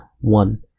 one